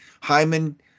Hyman